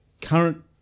current